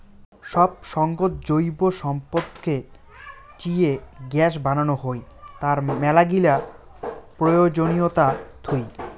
সব সঙ্গত জৈব সম্পদকে চিয়ে গ্যাস বানানো হই, তার মেলাগিলা প্রয়োজনীয়তা থুই